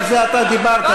רק זה עתה דיברת,